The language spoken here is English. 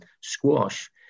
squash